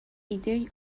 ایدهای